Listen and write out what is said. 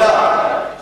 מה,